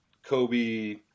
Kobe